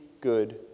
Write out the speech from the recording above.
good